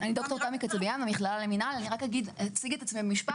אני חוקרת את נושא